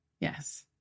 Yes